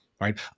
right